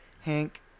Hank